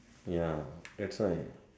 ya that's right